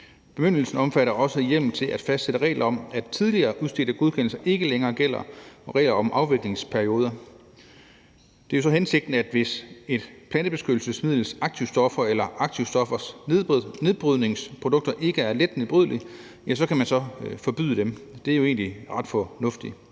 Bemyndigelsen omfatter også hjemmel til at fastsætte regler om, at tidligere udstedte godkendelser ikke længere gælder, og regler om afviklingsperioder. Det er så hensigten, at hvis plantebeskyttelsesmidlers aktivstoffer eller aktivstoffers nedbrydningsprodukter ikke er let nedbrydelige, så kan man forbyde dem, og det er jo egentlig ret fornuftigt.